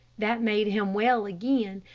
that made him well again,